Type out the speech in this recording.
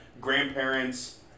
grandparents